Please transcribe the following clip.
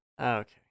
okay